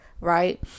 right